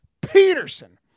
Peterson